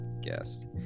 guest